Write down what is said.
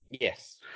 Yes